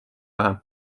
vähe